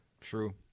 True